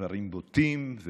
דברים בוטים.